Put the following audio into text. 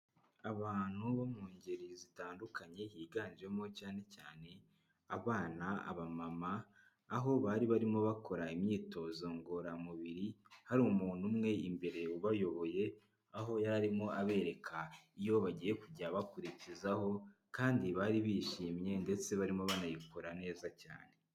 Abantu bo mu ngeri zitandukanye higanjemo cyane cyane abana, abamama, aho bari barimo bakora imyitozo ngororamubiri, hari umuntu umwe imbere ubayoboye, aho yari arimo abereka iyo bagiye kujya bakurikizaho kandi bari bishimye ndetse barimo banayikora neza cyane.